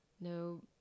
no